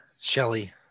Shelly